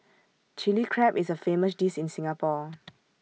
Chilli Crab is A famous dish in Singapore